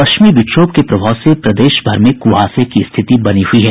पश्चिमी विक्षोभ के प्रभाव से प्रदेशभर में कुहासे की स्थिति बनी हुई है